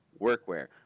workwear